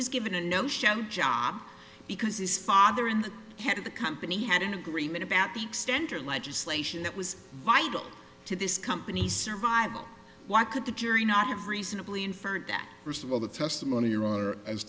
was given a no show job because his father in the head of the company had an agreement about the extent or legislation that was vital to this company's survival why could the jury not have reasonably infer that first of all the testimony